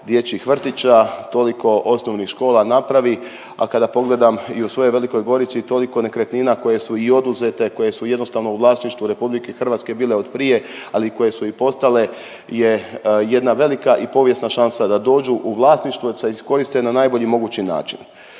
dječjih vrtića, toliko osnovnih škola napravi a kada pogledam i u svojoj Velikoj Gorici toliko nekretnina koje su i oduzete, koje su jednostavno u vlasništvu Republike Hrvatske bile od prije, ali i koje su i postale je jedna velika i povijesna šansa da dođu u vlasništvo, da se iskoriste na najbolji mogući način.